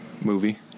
movie